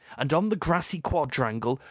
and on the grassy quadrangle,